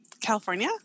California